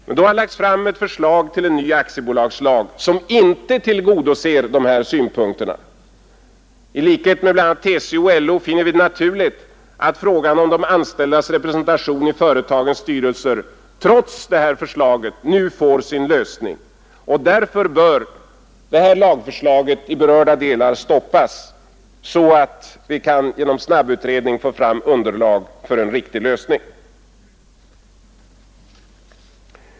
Men då har det lagts fram ett förslag till en ny aktiebolagslag som inte tillgodoser de här synpunkterna. I likhet med bl.a. TCO och LO finner vi det naturligt att frågan om de anställdas representation i företagens styrelser trots det här förslaget nu får sin lösning. Därför bör lagförslaget i berörda delar stoppas så att vi genom snabbutredning kan få fram underlag för en riktig lösning.